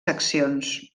seccions